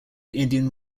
indian